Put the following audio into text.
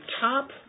top